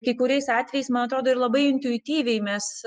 kai kuriais atvejais man atrodo ir labai intuityviai mes